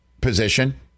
position